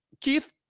Keith